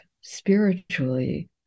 spiritually